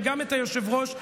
וגם את היושב-ראש לעיתים,